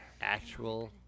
Actual